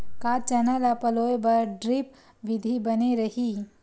का चना ल पलोय बर ड्रिप विधी बने रही?